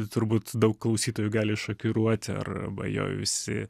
turbūt daug klausytojų gali šokiruoti arba jo visi